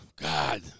God